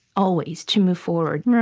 always, to move forward